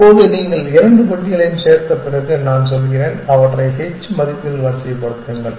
இப்போது நீங்கள் இரண்டு பட்டியலையும் சேர்த்த பிறகு நான் சொல்கிறேன் அவற்றை h மதிப்பில் வரிசைப்படுத்துங்கள்